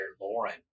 Lauren